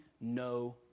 no